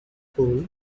school